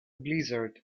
blizzard